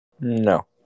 No